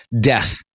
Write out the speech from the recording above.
Death